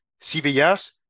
CVS